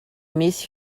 miss